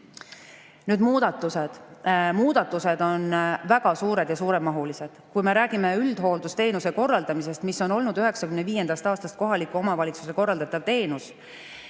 muudatused. Muudatused on väga suured ja suure mahuga. Kui me räägime üldhooldusteenuse korraldamisest, mis on olnud 1995. aastast kohaliku omavalitsuse korraldatav teenus